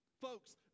Folks